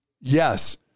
Yes